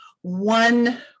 one